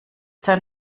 sein